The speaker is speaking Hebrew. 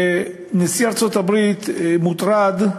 נשיא ארצות-הברית מוטרד,